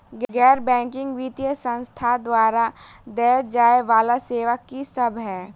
गैर बैंकिंग वित्तीय संस्थान द्वारा देय जाए वला सेवा की सब है?